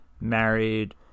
married